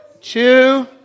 two